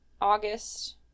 August